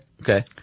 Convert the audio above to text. Okay